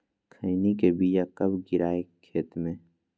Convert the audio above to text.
खैनी के बिया कब गिराइये खेत मे?